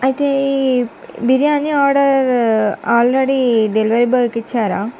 అయితే biryani order already delivery బాయ్కి ఇచ్చారా